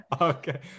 okay